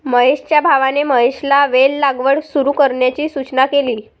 महेशच्या भावाने महेशला वेल लागवड सुरू करण्याची सूचना केली